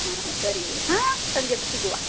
ಹಾಂ ಸರಿ ರೀ ಹಾಂ ಸಂಜೆ ಸಿಗುವ